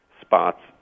spots